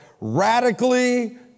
radically